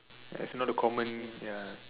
ya its not a common ya